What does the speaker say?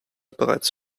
bereits